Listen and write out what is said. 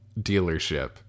dealership